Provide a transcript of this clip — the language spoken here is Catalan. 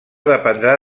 dependrà